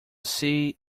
see